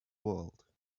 world